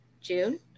June